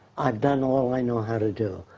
i've done all i know how to do.